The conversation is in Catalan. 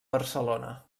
barcelona